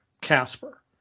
Casper